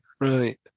right